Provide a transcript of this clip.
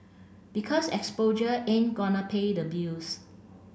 because exposure ain't gonna pay the bills